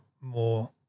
more